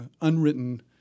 unwritten